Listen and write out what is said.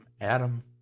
Adam